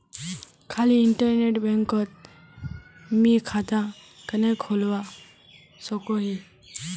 खाली इन्टरनेट बैंकोत मी खाता कन्हे खोलवा सकोही?